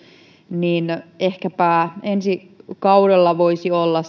niin ehkäpä ensi kaudella voisi olla